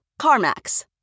CarMax